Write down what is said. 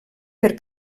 per